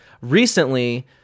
recently –